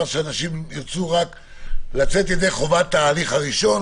שאנשים ירצו רק לצאת ידי חובת ההליך הראשון,